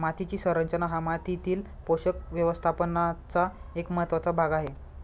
मातीची संरचना हा मातीतील पोषक व्यवस्थापनाचा एक महत्त्वाचा भाग आहे